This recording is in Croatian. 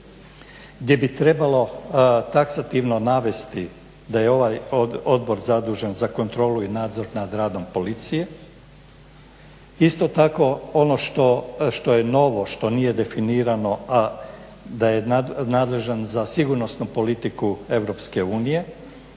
gdje bi trebalo taksativno navesti da je ovaj odbor zadužen za kontrolu i nadzor nad radom policije. Isto tako ono što je novo što nije definirano, a da je nadležan za sigurnosnu politiku EU